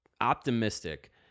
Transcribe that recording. optimistic